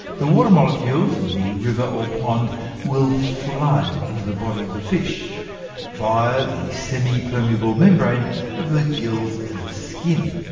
the water molecules in the river or pond will flood into the body of the fish via the semi-permeable membrane of the gills and the skin.